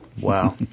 Wow